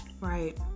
Right